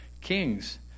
Kings